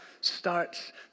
starts